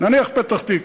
נניח פתח-תקווה.